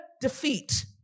defeat